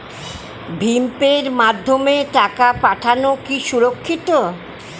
ভিম পের মাধ্যমে টাকা পাঠানো কি সুরক্ষিত?